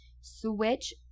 Switch